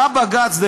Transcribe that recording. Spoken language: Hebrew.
בא בג"ץ,